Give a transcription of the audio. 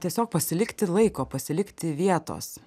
tiesiog pasilikti laiko pasilikti vietos